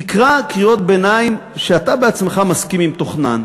תקרא קריאות ביניים שאתה בעצמך מסכים עם תוכנן.